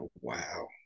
wow